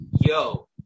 yo